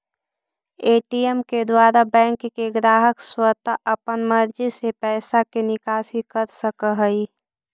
ATM के द्वारा bank के ग्राहक स्वता अपन मर्जी से पैइसा के निकासी कर सकऽ हइ